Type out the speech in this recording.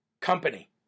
company